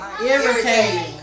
irritating